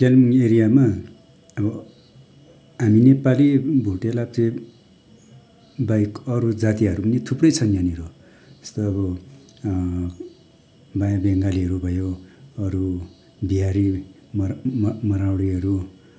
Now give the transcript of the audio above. कालिम्पोङ एरियामा आबो हामी नेपाली भोटे लाप्चे बाहेक अरू जातीयहरू पनि थुप्रै छन् यहाँनिर जस्तै अब बायाँ बेङ्गालीहरू भयो अरू बिहारी मर् मर् मारवाडीहरू